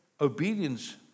obedience